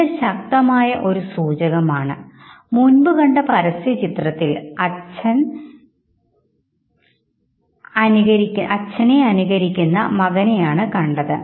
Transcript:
ഇത് ശക്തമായ ഒരു സൂചകമാണ് മുൻപ് കണ്ട പരസ്യചിത്രത്തിൽ അച്ഛൻ അച്ഛനെ അനുകരിക്കുന്ന മകനെയാണ് കണ്ടത്